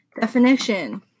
Definition